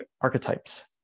archetypes